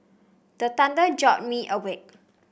the thunder jolt me awake